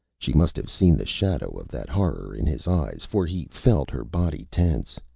she must have seen the shadow of that horror in his eyes, for he felt her body tense.